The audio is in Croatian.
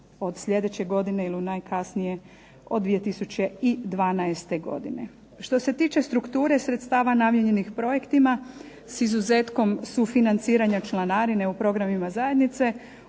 od sljedeće godine ili u najkasnije od 2012. godine. Što se tiče strukture sredstava namijenjenih projektima, s izuzetkom sufinanciranja članarine u programima zajednice,